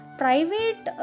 private